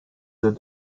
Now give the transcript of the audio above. œufs